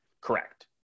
Correct